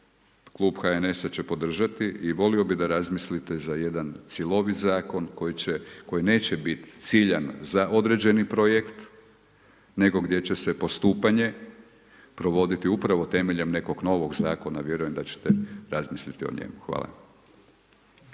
klub HNS-a će podržati i volio bih da razmislite za jedan cjelovit zakon koji će, koji neće biti ciljan za određeni projekt nego gdje će se postupanje provoditi upravo temeljem nekog novog zakona a vjerujem da ćete razmisliti o njemu. Hvala.